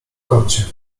kącie